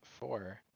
four